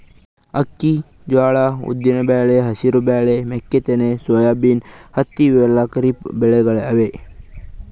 ಅಕ್ಕಿ, ಜ್ವಾಳಾ, ಉದ್ದಿನ್ ಬ್ಯಾಳಿ, ಹೆಸರ್ ಬ್ಯಾಳಿ, ಮೆಕ್ಕಿತೆನಿ, ಸೋಯಾಬೀನ್, ಹತ್ತಿ ಇವೆಲ್ಲ ಖರೀಫ್ ಬೆಳಿಗೊಳ್ ಅವಾ